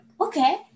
Okay